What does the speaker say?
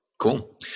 Cool